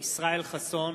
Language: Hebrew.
ישראל חסון,